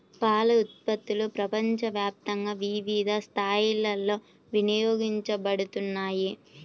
పాల ఉత్పత్తులు ప్రపంచవ్యాప్తంగా వివిధ స్థాయిలలో వినియోగించబడుతున్నాయి